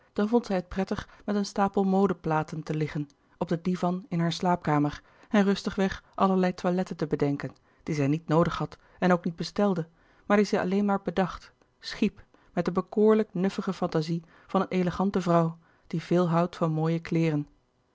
dan vond zij het prettig met een stapel modeplaten te liggen op den divan in hare slaapkamer en rustigweg allerlei toiletten te bedenken die zij niet noodig had en ook niet bestelde maar die zij alleen maar bedacht schiep met de bekoorlijk nuffige fantazie van een elegante vrouw die veel houdt van mooie kleêren